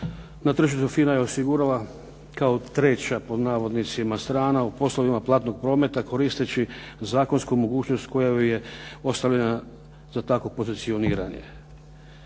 na tržištu FINA je osigurala kao treća „strana“ u poslovima platnog prometa koristeći mogućnost koja joj je ostavljena za takvo pozicioniranje.